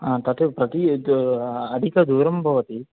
हा तत् प्रति यत् अधिक दूरं भवति